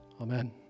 amen